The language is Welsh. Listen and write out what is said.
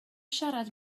siarad